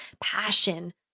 passion